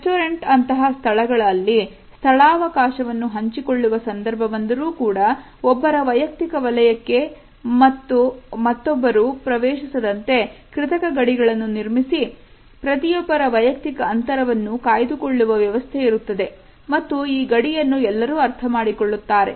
restaurant ಅಂತಹ ಸ್ಥಳಗಳಲ್ಲಿ ಸ್ಥಳವಕಾಶವನ್ನು ಹಂಚಿಕೊಳ್ಳುವ ಸಂದರ್ಭ ಬಂದರೂ ಕೂಡ ಒಬ್ಬರ ವೈಯಕ್ತಿಕ ವಲಯಕ್ಕೆ ಮತ್ತು ಪ್ರವೇಶಿಸದಂತೆ ಕೃತಕ ಗಡಿಗಳನ್ನು ನಿರ್ಮಿಸಿ ಪ್ರತಿಯೊಬ್ಬರ ವೈಯಕ್ತಿಕ ಅಂತರವನ್ನು ಕಾಯ್ದುಕೊಳ್ಳುವ ವ್ಯವಸ್ಥೆ ಇರುತ್ತದೆ ಮತ್ತು ಈ ಗಡಿಯನ್ನು ಎಲ್ಲರೂ ಅರ್ಥ ಮಾಡಿಕೊಳ್ಳುತ್ತಾರೆ